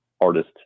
artist